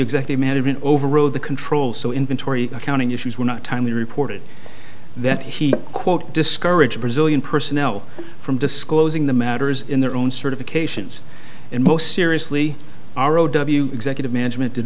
exactly management overrode the control so inventory accounting issues were not timely reported that he quote discouraged brazilian personnel from disclosing the matters in their own certifications and most seriously r o w executive management did